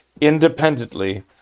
independently